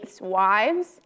wives